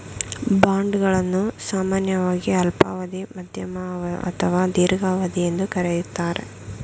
bond ಗಳನ್ನು ಸಾಮಾನ್ಯವಾಗಿ ಅಲ್ಪಾವಧಿ, ಮಧ್ಯಮ ಅಥವಾ ದೀರ್ಘಾವಧಿ ಎಂದು ಕರೆಯುತ್ತಾರೆ